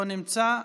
לא נמצא,